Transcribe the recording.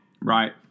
right